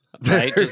Right